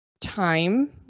Time